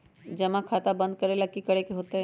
जमा खाता बंद करे ला की करे के होएत?